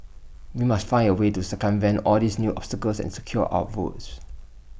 we must find A way to circumvent all these new obstacles and secure our votes